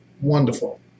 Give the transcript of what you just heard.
Wonderful